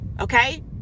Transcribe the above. Okay